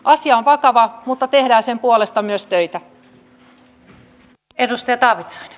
asia on vakava mutta tehdään sen puolesta myös töitä